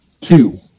two